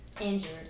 injured